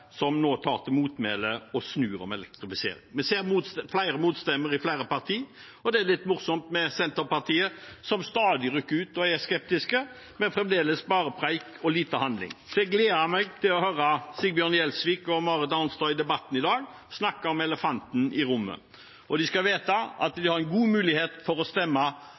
som nå tar til motmæle og snur om elektrifisering. Vi ser flere motstemmer i flere partier, og det er litt morsomt med Senterpartiet, som stadig rykker ut og er skeptiske, men fremdeles er det bare prek og lite handling. Så jeg gleder meg til å høre Sigbjørn Gjelsvik og Marit Arnstad i debatten i dag snakke om elefanten i rommet. De skal vite at de har en god mulighet for å stemme